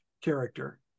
character